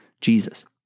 Jesus